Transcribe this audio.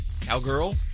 Cowgirl